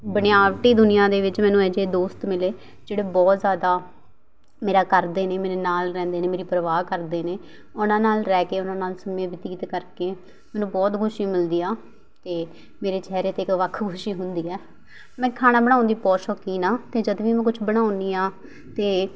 ਬਨਾਵਟੀ ਦੁਨੀਆਂ ਦੇ ਵਿੱਚ ਮੈਨੂੰ ਅਜਿਹੇ ਦੋਸਤ ਮਿਲੇ ਜਿਹੜੇ ਬਹੁਤ ਜ਼ਿਆਦਾ ਮੇਰਾ ਕਰਦੇ ਨੇ ਮੇਰੇ ਨਾਲ਼ ਰਹਿੰਦੇ ਨੇ ਮੇਰੀ ਪਰਵਾਹ ਕਰਦੇ ਨੇ ਉਹਨਾਂ ਨਾਲ਼ ਰਹਿ ਕੇ ਉਹਨਾਂ ਨਾਲ਼ ਸਮੇਂ ਬਤੀਤ ਕਰਕੇ ਮੈਨੂੰ ਬਹੁਤ ਖੁਸ਼ੀ ਮਿਲਦੀ ਆ ਅਤੇ ਮੇਰੇ ਚਿਹਰੇ 'ਤੇ ਇੱਕ ਵੱਖ ਖੁਸ਼ੀ ਹੁੰਦੀ ਹੈ ਮੈਂ ਖਾਣਾ ਬਣਾਉਣ ਦੀ ਬਹੁਤ ਸ਼ੌਕੀਨ ਹਾਂ ਅਤੇ ਜਦ ਵੀ ਮੈਂ ਕੁਛ ਬਣਾਉਂਦੀ ਹਾਂ ਅਤੇ